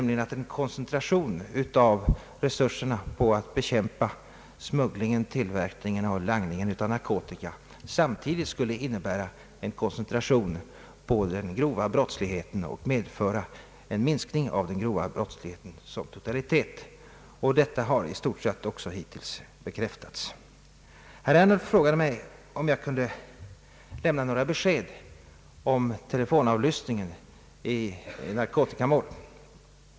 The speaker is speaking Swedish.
Han antog att en koncentration av resurserna på att bekämpa smuggling, tillverkning och langning av narkotika samtidigt skulle innebära en koncentration på den grova brottsligheten och minska denna som totalitet. Detta har hittills också i stort sett bekräftats. Herr Ernulf frågade mig om jag kunde lämna några besked om telefonavlyssningen i narkotikamål.